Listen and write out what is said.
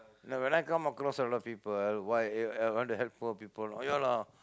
no when I come across a lot of people why eh I want to help poor people eh ya lah